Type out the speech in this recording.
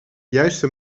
juiste